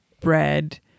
bread